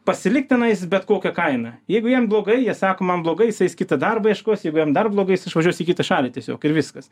pasilikt tenais bet kokia kaina jeigu jiem blogai jie sako man blogai jis eis kitą darbą ieškos jeigu jam dar blogai jis išvažiuos į kitą šalį tiesiog ir viskas